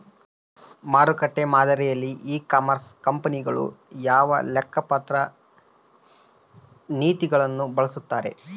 ಮಾರುಕಟ್ಟೆ ಮಾದರಿಯಲ್ಲಿ e commerce ಕಂಪನಿಗಳು ಯಾವ ಲೆಕ್ಕಪತ್ರ ನೇತಿಗಳನ್ನು ಬಳಸುತ್ತಾರೆ?